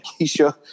Keisha